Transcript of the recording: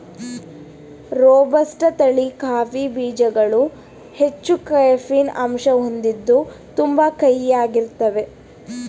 robusta ತಳಿ coffee ಬೀಜ್ಗಳು ಹೆಚ್ಚು ಕೆಫೀನ್ ಅಂಶನ ಹೊಂದಿದ್ದು ತುಂಬಾ ಕಹಿಯಾಗಿರ್ತಾವೇ